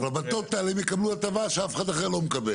אבל בטוטאל הם יקבלו הטבה שאף אחד אחר לא מקבל.